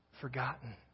forgotten